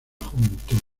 juventud